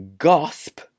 gasp